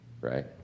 right